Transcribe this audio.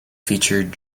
featured